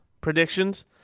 predictions